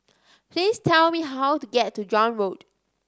please tell me how to get to John Road